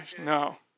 No